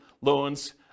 loans